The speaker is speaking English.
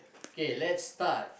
K let's start